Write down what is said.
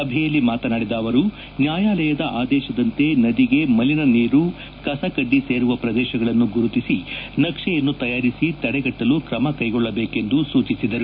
ಸಭೆಯಲ್ಲಿ ಮಾತನಾಡಿದ ಅವರು ನ್ಯಾಯಲಯದ ಆದೇಶದಂತೆ ನದಿಗೆ ಮಲಿನ ನೀರು ಕಸಕಡ್ಡಿ ಸೇರುವ ಪ್ರದೇಶಗಳನ್ನು ಗುರುತಿಸಿ ನಕ್ಷೆಯನ್ನು ತಯಾರಿಸಿ ತಡೆಗಟ್ಟಲು ಕ್ರಮ ಕೈಗೊಳ್ಳಬೇಕೆಂದು ಸೂಚಿಸಿದರು